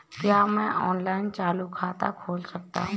क्या मैं ऑनलाइन चालू खाता खोल सकता हूँ?